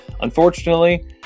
Unfortunately